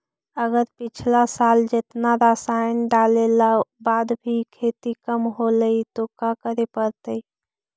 अगर पिछला साल जेतना रासायन डालेला बाद भी खेती कम होलइ तो का करे पड़तई?